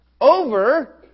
Over